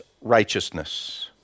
righteousness